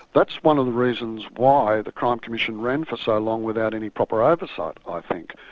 that's one of the reasons why the crime commission ran for so long without any proper oversight, i think.